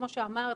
כמו שאמרת,